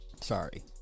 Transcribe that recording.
Sorry